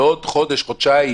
בעוד חודש-חודשיים